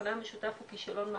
המכנה המשותף הוא כשלון מערכתי,